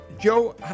Joe